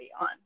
on